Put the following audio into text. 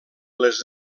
les